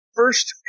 First